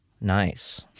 Nice